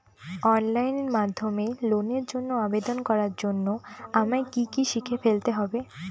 Online মাধ্যমে লোনের জন্য আবেদন করার জন্য আমায় কি কি শিখে ফেলতে হবে?